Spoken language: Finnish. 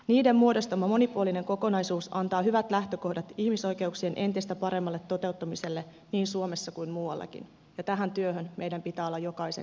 niiden muodostama monipuolinen kokonaisuus antaa hyvät lähtökohdat ihmisoikeuksien entistä paremmalle toteuttamiselle niin suomessa kuin muuallakin ja tähän työhön meidän jokaisen pitää olla jokaisen